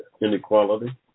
inequality